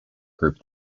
group